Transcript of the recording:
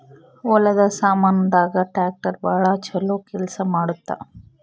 ಹೊಲದ ಸಾಮಾನ್ ದಾಗ ಟ್ರಾಕ್ಟರ್ ಬಾಳ ಚೊಲೊ ಕೇಲ್ಸ ಮಾಡುತ್ತ